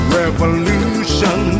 revolution